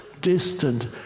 distant